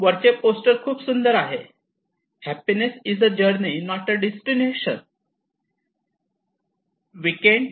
वरचे पोस्टर खूप सुंदर आहे ' happiness is a journey not a destination' 'happiness is a journey not a destination' weekend